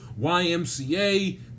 YMCA